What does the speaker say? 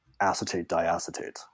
acetate-diacetate